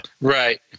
Right